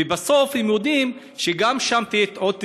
ובסוף הם יודעים שגם שם תהיה עוד תספורת,